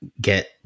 get